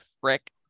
frick